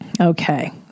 Okay